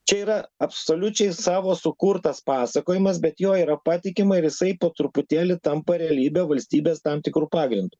čia yra absoliučiai savo sukurtas pasakojimas bet juo yra patikima ir jisai po truputėlį tampa realybe valstybės tam tikru pagrindu